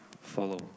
follow